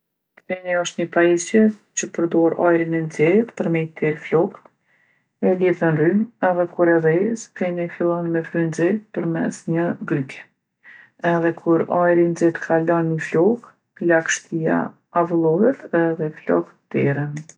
Feni osht ni pajisje që përdorë ajrin e nxehtë për me i terr floktë. E lidhë ën rrymë edhe kur e dhezë feni fillon me fry nxehtë përmes një gryke. Edhe kur ajri nxehtë kalon n'flokë, lagshtia avullohet edhe floktë terren.